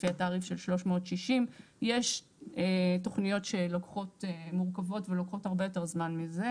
לפי התעריף של 360. יש תכניות מורכבות ולוקחות הרבה יותר זמן מזה,